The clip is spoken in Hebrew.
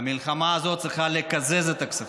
במלחמה הזאת צריך לקזז את הכספים,